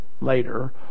later